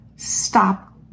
Stop